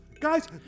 Guys